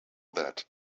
that